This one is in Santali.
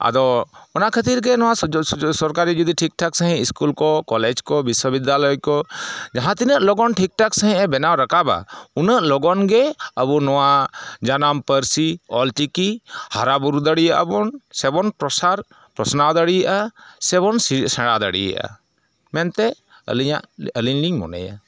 ᱟᱫᱚ ᱚᱱᱟᱠᱷᱟᱹᱛᱤᱨ ᱜᱮ ᱱᱚᱣᱟ ᱥᱩᱡᱳᱜᱽ ᱥᱩᱡᱳᱜᱽ ᱥᱚᱨᱠᱟᱨᱤ ᱡᱩᱫᱤ ᱴᱷᱤᱠᱴᱷᱟᱠ ᱥᱟᱺᱦᱤᱡ ᱤᱥᱠᱩᱞ ᱠᱚ ᱠᱚᱞᱮᱡᱽ ᱠᱚ ᱵᱤᱥᱥᱚᱵᱤᱫᱽᱫᱟᱞᱚᱭ ᱠᱚ ᱡᱟᱦᱟᱸ ᱛᱤᱱᱟᱹᱜ ᱞᱚᱜᱚᱱ ᱴᱷᱤᱠ ᱴᱷᱟᱠ ᱥᱟᱺᱦᱤᱡ ᱮ ᱵᱮᱱᱟᱣ ᱨᱟᱠᱟᱵᱟ ᱩᱱᱟᱹᱜ ᱞᱚᱜᱚᱱ ᱜᱮ ᱟᱵᱚ ᱱᱚᱣᱟ ᱡᱟᱱᱟᱢ ᱯᱟᱹᱨᱥᱤ ᱚᱞᱪᱤᱠᱤ ᱦᱟᱨᱟ ᱵᱩᱨᱩ ᱫᱟᱲᱮᱭᱟᱜᱼᱟ ᱵᱚᱱ ᱥᱮᱵᱚᱱ ᱯᱨᱚᱥᱟᱨ ᱯᱟᱥᱱᱟᱣ ᱫᱟᱲᱮᱭᱟᱜᱼᱟ ᱥᱮᱵᱚᱱ ᱥᱮ ᱥᱮᱬᱟᱫᱟᱲᱮᱭᱟᱜᱼᱟ ᱢᱮᱱᱛᱮ ᱟᱞᱤᱧᱟᱜ ᱟᱞᱤᱧᱞᱤᱧ ᱢᱚᱱᱮᱭᱟ